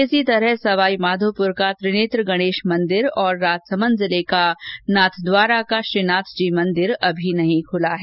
इसी तरह सवाईमाघोपुर का त्रिनेत्र गणेश मंदिर और राजसमन्द जिले के नाथद्वारा का श्रीनाथजी मंदिर अभी नहीं खुले है